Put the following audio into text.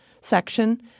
section